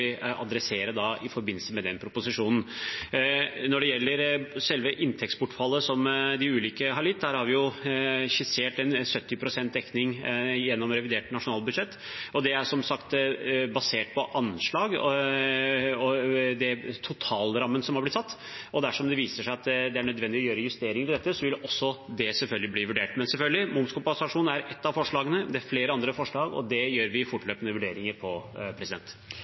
adressere i forbindelse med den proposisjonen. Når det gjelder selve inntektsbortfallet som de ulike har lidd under, har vi skissert 70 pst. dekning gjennom revidert nasjonalbudsjett. Det er, som sagt, basert på anslag og totalrammen som har blitt satt. Dersom det viser seg at det er nødvendig å gjøre justeringer i dette, vil det selvfølgelig også bli vurdert. Men momskompensasjon er ett av forslagene, det er flere andre forslag, og de gjør vi fortløpende vurderinger av. Spørsmål 15 er svart på